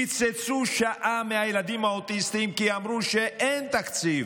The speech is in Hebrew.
קיצצו שעה מהילדים האוטיסטים כי אמרו שאין תקציב.